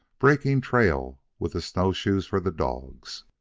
breaking trail with the snowshoes for the dogs.